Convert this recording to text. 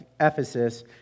Ephesus